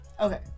Okay